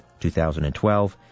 2012